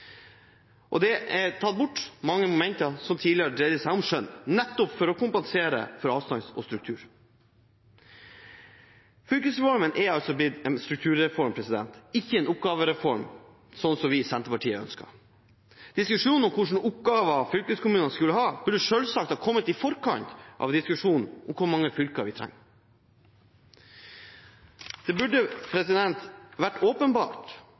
endret. Det er tatt bort mange momenter, som tidligere dreide seg om skjønn, nettopp for å kompensere for avstands- og strukturulemper. Fylkesprogrammet er altså blitt en strukturreform, ikke en oppgavereform, slik vi i Senterpartiet ønsker. Diskusjonen om hvilke oppgaver fylkeskommunene skulle ha, burde selvsagt ha kommet i forkant av diskusjonen om hvor mange fylker vi trenger. Det burde vært åpenbart